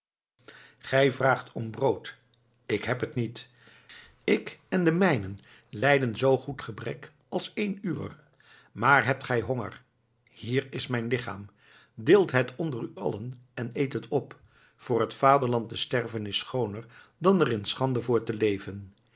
gij vraagt om brood ik heb het niet ik en de mijnen lijden zoo goed gebrek als een uwer maar hebt gij honger hier is mijn lichaam deelt het onder u allen en eet het op voor het vaderland te sterven is schooner dan er in schande voor te leven